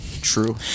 True